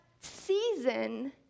season